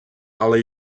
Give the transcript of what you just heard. але